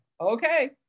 Okay